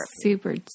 super